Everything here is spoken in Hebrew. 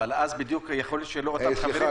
אבל אז בדיוק יכול להיות שלא אותם חברים,